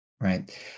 Right